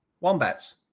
Wombats